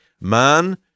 Man